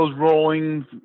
rolling